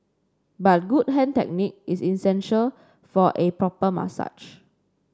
but good hand technique is essential for a proper massage